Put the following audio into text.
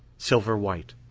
silver white,